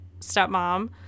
stepmom